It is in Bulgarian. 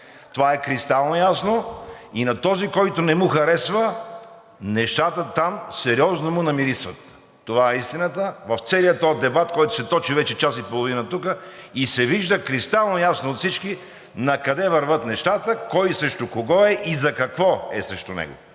Това е кристално ясно и на този, който не му харесва, нещата там сериозно му намирисват. Това е истината в целия този дебат, който се точи вече час и половина тук и се вижда кристално ясно от всички накъде вървят нещата, кой срещу кого е и за какво е срещу него.